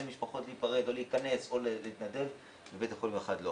למשפחות להיכנס ולהיפרד או להתנדב ובית חולים שני לא